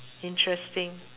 interesting